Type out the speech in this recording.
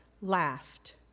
laughed